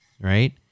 right